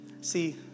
See